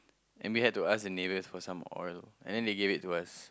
and we had to ask the neighbours for some oil and then they gave it to us